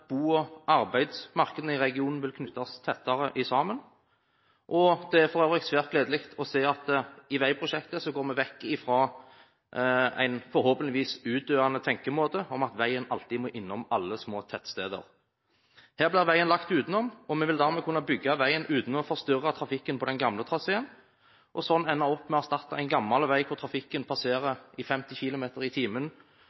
bo- og arbeidsmarkedene i regionen knyttes tettere sammen, og det er for øvrig svært gledelig å se at i veiprosjektet går man vekk fra en forhåpentligvis utdøende tenkemåte om at veien alltid må innom alle små tettsteder. Her blir veien lagt utenom, og man vil dermed kunne bygge veien uten å forstyrre trafikken på den gamle traseen, og sånn ende opp med å starte på en gammel vei hvor trafikken